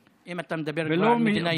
כן, אם אתה מדבר על מדינה יהודית.